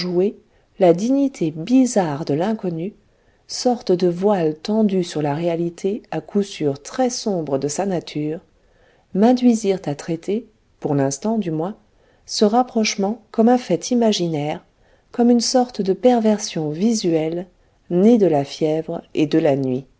la dignité bizarre de l'inconnu sorte de voiles tendus sur la réalité à coup sûr très sombre de sa nature m'induisirent à traiter pour l'instant du moins ce rapprochement comme un fait imaginaire comme une sorte de perversion visuelle née de la fièvre et de la nuit